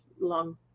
long